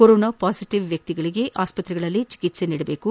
corona positive ವ್ಯಕ್ತಿಗಳಿಗೆ ಆಸ್ಪತ್ರೆಗಳಲ್ಲಿಯೇ ಚಿಕಿತ್ಸೆ ನೀಡಬೇಕು